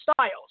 styles